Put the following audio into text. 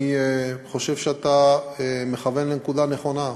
אני חושב שאתה מכוון לנקודה נכונה,